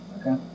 Okay